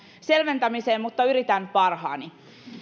selventämiseen mutta yritän parhaani